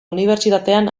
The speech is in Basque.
unibertsitatean